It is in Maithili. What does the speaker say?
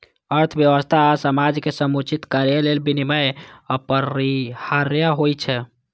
अर्थव्यवस्था आ समाजक समुचित कार्य लेल विनियम अपरिहार्य होइ छै